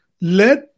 let